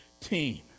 team